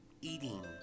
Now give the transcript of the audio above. eating